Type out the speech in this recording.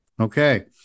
Okay